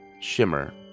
shimmer